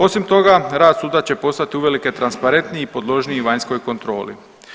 Osim toga rad suda će postati uvelike transparentniji i podložniji vanjskoj kontroli.